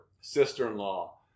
sister-in-law